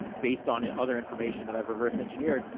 based on and other information that i've reverse engineered.